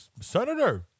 senator